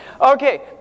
Okay